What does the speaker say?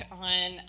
on